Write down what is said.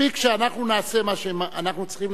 מספיק שאנחנו נעשה מה שאנחנו צריכים